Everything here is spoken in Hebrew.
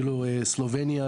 סלובניה,